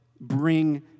bring